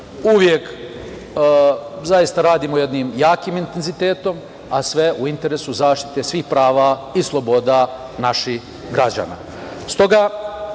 Uvek zaista radimo jednim jakim intenzitetom, a sve u interesu zaštite svih prava i sloboda naših građana.